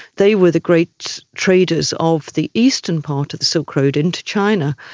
they were the great traders of the eastern part of the silk road into china.